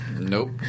Nope